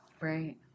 right